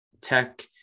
tech